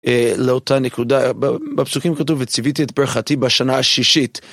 לאותה נקודה בפסוקים כתוב וציוויתי את ברכתי בשנה השישית.